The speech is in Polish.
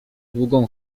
długą